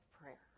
prayer